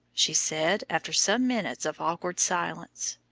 she said after some minutes of awkward silence.